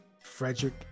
Frederick